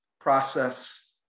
process